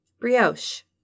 Brioche